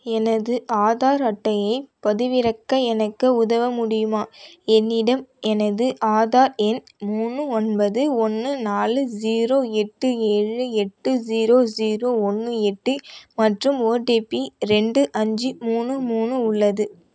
எனது ஆதார் அட்டையைப் பதிவிறக்க எனக்கு உதவ முடியுமா என்னிடம் எனது ஆதார் எண் மூணு ஒன்பது ஒன்று நாலு ஜீரோ எட்டு ஏழு எட்டு ஜீரோ ஜீரோ ஒன்று எட்டு மற்றும் ஓடிபி ரெண்டு அஞ்சு மூணு மூணு உள்ளது